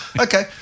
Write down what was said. Okay